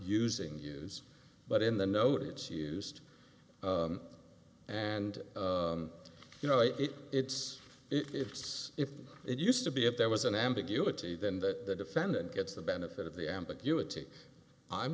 using use but in the note it's used and you know it it's if it's if it used to be if there was an ambiguity then that defendant gets the benefit of the ambiguity i'm